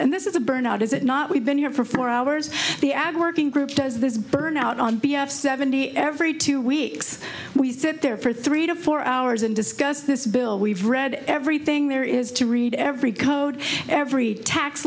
and this is a burnout is it not we've been here for four hours the ag working group does this burnout on b f seventy every two weeks we sit there for three to four hours and discuss this bill we've read everything there is to read every code every tax